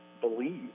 believe